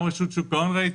גם רשות השוק ראיתי,